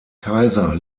kaiser